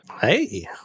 Hey